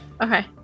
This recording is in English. Okay